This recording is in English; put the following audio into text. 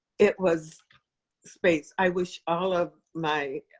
it was space. i wish all of my